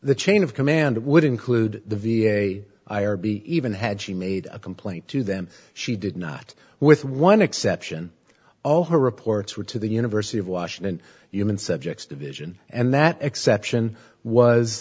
the chain of command would include the v a i r b even had she made a complaint to them she did not with one exception all her reports were to the university of washington human subjects division and that exception was